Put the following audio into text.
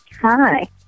Hi